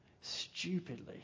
stupidly